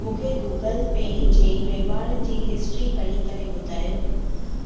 मूंखे गूगल पे जे वहिंवारनि जी हिस्ट्री पढ़ी करे ॿुधायो